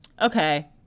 Okay